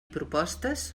propostes